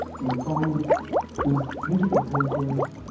you find these beautiful paintings,